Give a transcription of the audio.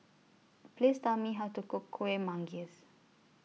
Please Tell Me How to Cook Kueh Manggis